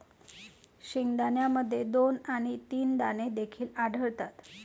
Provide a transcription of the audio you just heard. शेंगदाण्यामध्ये दोन आणि तीन दाणे देखील आढळतात